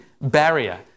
barrier